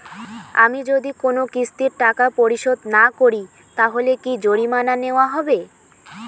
আমি যদি কোন কিস্তির টাকা পরিশোধ না করি তাহলে কি জরিমানা নেওয়া হবে?